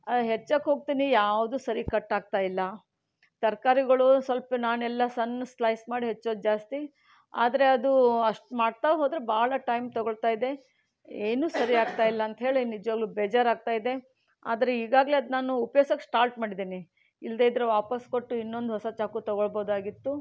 ಹೆಚ್ಚೋಕ್ಕೆ ಹೋಗ್ತೀನಿ ಯಾವುದೂ ಸರಿ ಕಟ್ ಆಗ್ತಾಯಿಲ್ಲ ತರ್ಕಾರಿಗಳು ಸ್ವಲ್ಪ ನಾನು ಎಲ್ಲ ಸಣ್ಣ ಸ್ಲೈಸ್ ಮಾಡಿ ಹೆಚ್ಚೋದು ಜಾಸ್ತಿ ಆದರೆ ಅದು ಅಷ್ಟು ಮಾಡ್ತಾ ಹೋದರೆ ಭಾಳ ಟೈಮ್ ತಗೊಳ್ತಾ ಇದೆ ಏನು ಸರಿಯಾಗ್ತ ಇಲ್ಲ ಅಂಥೇಳಿ ನಿಜವಾಗಲೂ ಬೇಜಾರು ಆಗ್ತಾ ಇದೆ ಆದರೆ ಈಗಾಗಲೇ ಅದು ನಾನು ಉಪಯೋಗಿಸೋಕ್ಕೆ ಸ್ಟಾರ್ಟ್ ಮಾಡಿದ್ದೀನಿ ಇಲ್ಲದೇ ಇದ್ರೆ ವಾಪಸ್ಸು ಕೊಟ್ಟು ಇನ್ನೊಂದು ಹೊಸ ಚಾಕು ತಗೋಳ್ಬೊದಾಗಿತ್ತು